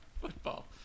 Football